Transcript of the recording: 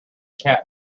cat